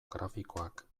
grafikoak